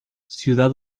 ciudad